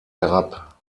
herab